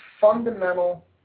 fundamental